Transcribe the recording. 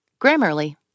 Grammarly